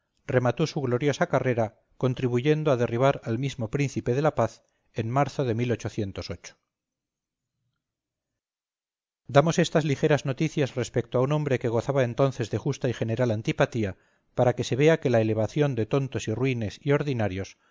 remató su gloriosa carrera contribuyendo a derribar al mismo príncipe de la paz en marzo de damos estas ligeras noticias respecto a un hombre que gozaba entonces de justa y general antipatía para que se vea que la elevación de tontos y ruines y ordinarios